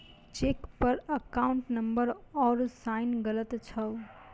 cheque पर account number आरू sign गलत छौ